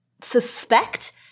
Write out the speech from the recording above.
suspect